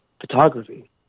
photography